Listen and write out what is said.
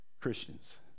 Christians